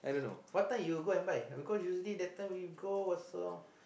what time you go and buy because usually that time you go was around